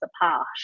apart